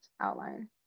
outline